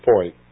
point